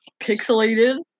pixelated